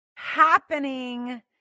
happening